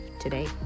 today